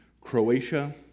Croatia